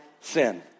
sin